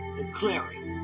declaring